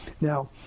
Now